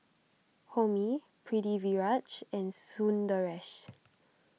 Homi Pritiviraj and Sundaresh